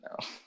no